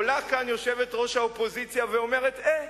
עולה כאן יושבת-ראש האופוזיציה ואומרת: אה,